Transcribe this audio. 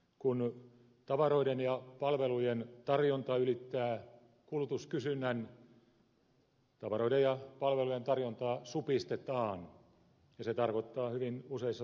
kun tavaroiden ja palvelujen tarjonta ylittää kulutuskysynnän tavaroiden ja palvelujen tarjontaa supistetaan ja se tarkoittaa hyvin useissa tapauksissa työvoiman vähentämistä